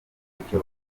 icyo